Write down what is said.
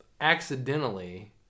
accidentally